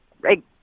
Right